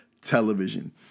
television